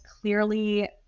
clearly